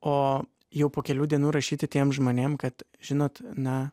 o jau po kelių dienų rašyti tiem žmonėm kad žinot na